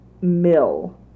mill